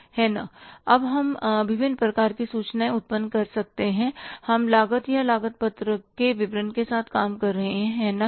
इसलिए अब हम विभिन्न प्रकार की सूचनाएँ उत्पन्न कर सकते हैं हम लागत या लागतपत्रक के विवरण के साथ काम कर रहे हैं है ना